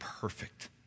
perfect